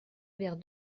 vers